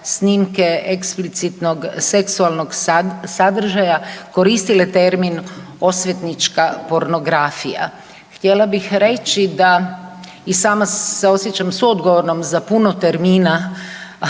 snimke eksplicitnog seksualnog sadržaja koristile termin osvetnička pornografija. Htjela bih reći da i sama se osjećam suodgovornom za puno termina